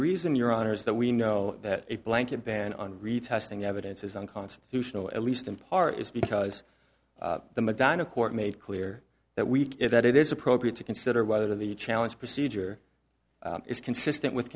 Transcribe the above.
reason your honor is that we know that a blanket ban on retesting evidence is unconstitutional at least in part is because the madonna court made clear that week that it is appropriate to consider whether the challenge procedure is consistent with